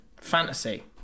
fantasy